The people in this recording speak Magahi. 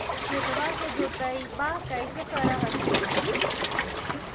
खेतबा के जोतय्बा कैसे कर हखिन?